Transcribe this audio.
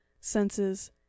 senses